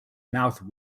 mouth